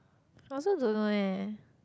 I also don't know leh